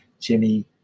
Jimmy